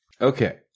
Okay